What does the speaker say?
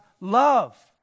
love